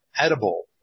edible